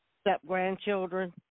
step-grandchildren